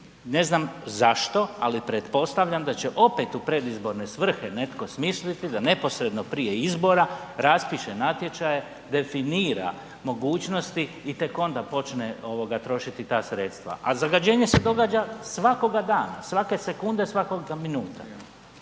Ne znam zašto, ali pretpostavljam da će opet u predizborne svrhe netko smisliti da neposredno prije izbora raspiše natječaje, definira mogućnosti i tek onda počne trošiti ta sredstva. A zagađenje se događa svakoga dana. Svake sekunde, svake minute.